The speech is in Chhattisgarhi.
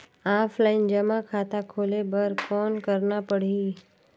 ऑफलाइन जमा खाता खोले बर कौन करना पड़ही?